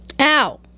Ow